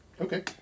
Okay